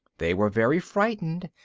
they were very frightened,